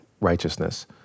righteousness